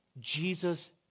Jesus